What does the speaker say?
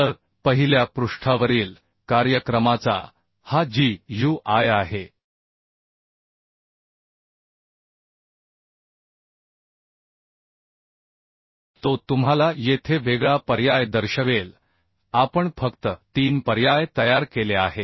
तर पहिल्या पृष्ठावरील कार्यक्रमाचा हा GUI आहे तो तुम्हाला येथे वेगळा पर्याय दर्शवेल आपण फक्त तीन पर्याय तयार केले आहेत